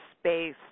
space